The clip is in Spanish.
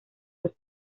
los